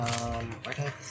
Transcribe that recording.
Okay